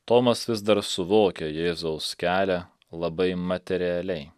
tomas vis dar suvokia jėzaus kelią labai materialiai